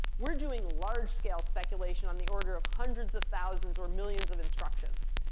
we're doing large-scale speculation on the order of hundreds of thousands or millions of instructions.